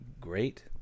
great